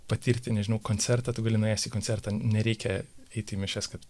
patirti nežinau koncertą tu gali nuėjęs į koncertą nereikia eiti į mišias kad